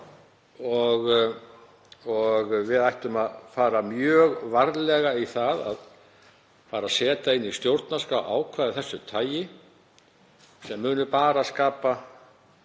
og við ættum að fara mjög varlega í að setja inn í stjórnarskrá ákvæði af þessu tagi sem munu bara skapa